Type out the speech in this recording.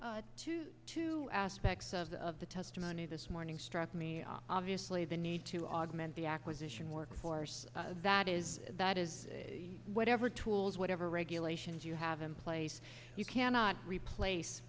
two aspects of the of the testimony this morning struck me obviously the need to augment the acquisition workforce that is that is whatever tools whatever regulations you have in place you cannot replace